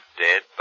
dead